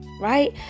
right